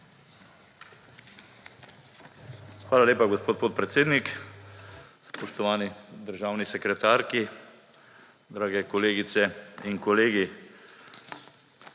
Hvala lepa, gospod podpredsednik. Spoštovani državni sekretarki, drage kolegice in kolegi!